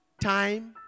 time